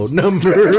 number